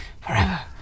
forever